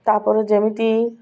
ତାପରେ ଯେମିତି